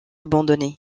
abandonné